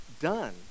done